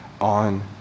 on